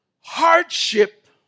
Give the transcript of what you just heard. Hardship